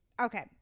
Okay